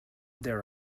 there